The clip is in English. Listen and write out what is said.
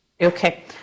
Okay